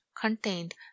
contained